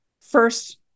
first